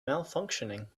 malfunctioning